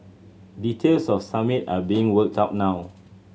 details of Summit are being worked out now